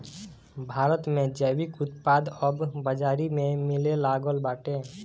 भारत में जैविक उत्पाद अब बाजारी में मिलेलागल बाटे